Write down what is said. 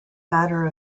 matter